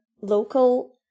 local